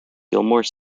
gilmore